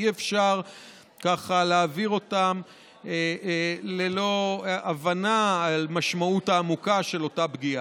אי-אפשר ככה להעביר אותם ללא הבנה של המשמעות העמוקה של אותה פגיעה.